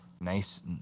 nice